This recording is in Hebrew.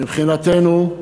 מבחינתנו,